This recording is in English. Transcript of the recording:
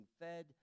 fed